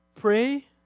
Pray